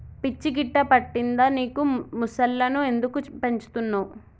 పిచ్చి గిట్టా పట్టిందా నీకు ముసల్లను ఎందుకు పెంచుతున్నవ్